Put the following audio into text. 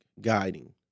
guiding